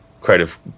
creative